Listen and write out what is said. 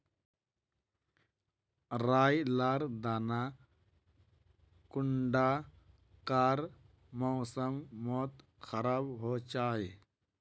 राई लार दाना कुंडा कार मौसम मोत खराब होचए?